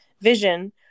vision